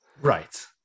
right